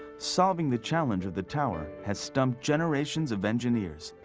solving the challenge of the tower has stumped generations of engineers.